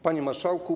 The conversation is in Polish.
Panie Marszałku!